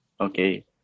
Okay